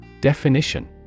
Definition